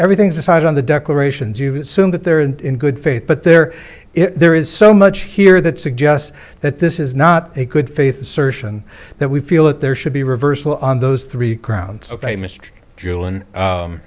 everything's decided on the declarations you assume that they're in good faith but there is there is so much here that suggests that this is not a good faith assertion that we feel that there should be reversal on those three ground